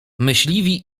myśliwi